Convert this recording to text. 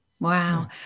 Wow